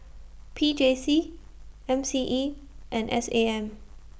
P J C M C E and S A M